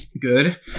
Good